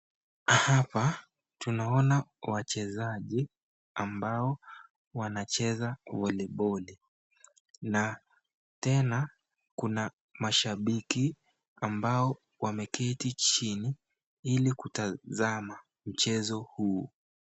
Hapa tunaona wachezaji ambao wanacheza polepole na tena kuna mashabiki ambao wameketi chini ili kutazama mchezo huu.